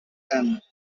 and